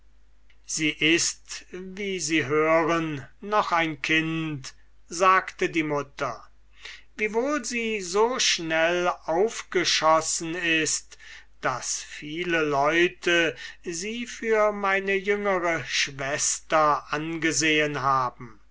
sie ist wie sie hören noch ein kind sagte die mutter wiewohl sie so schnell aufgeschossen ist daß viele leute sie für meine jüngere schwester angesehen haben